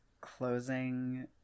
Closing